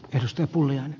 herra puhemies